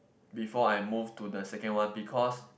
before I moved to the second one because